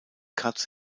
katz